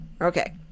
Okay